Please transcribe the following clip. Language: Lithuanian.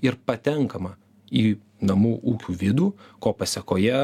ir patenkama į namų ūkių vidų ko pasekoje